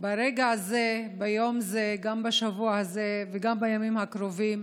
ברגע הזה, ביום זה, גם בשבוע הזה, בימים הקרובים,